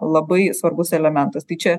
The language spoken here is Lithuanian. labai svarbus elementas tai čia